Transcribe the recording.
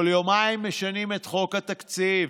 כל יומיים משנים את חוק התקציב.